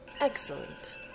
Excellent